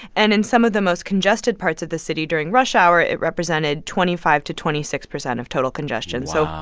and in some of the most congested parts of the city during rush hour, it represented twenty five to twenty six percent of total congestion and so.